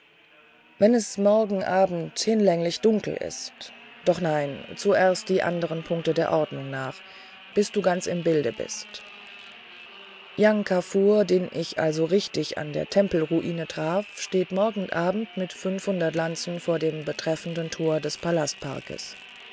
wenn es morgen abend hinlänglich dunkel ist doch nein zuerst die anderen punkte der ordnung nach damit du ganz im bilde bist jang kafur den ich also richtig an der tempelruine traf steht morgen abend mit fünfhundert lanzen vor dem betreffenden tor des